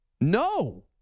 No